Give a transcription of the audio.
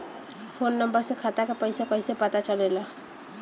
Phone number से खाता के पइसा कईसे पता चलेला?